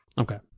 Okay